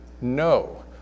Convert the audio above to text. No